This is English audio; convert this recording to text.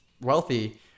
wealthy